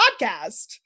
podcast